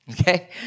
okay